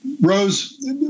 Rose